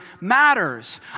matters